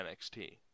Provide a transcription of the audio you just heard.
NXT